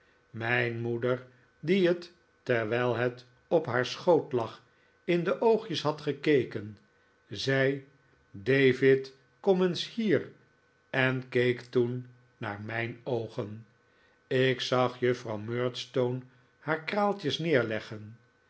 mijn moeder die het terwijl het op haar schoot lag in de oogjes had gekeken zei david kom eens hier en keek toen naar mijn oogen ik zag juffrouw murdstone haar kraaltjes neerleggen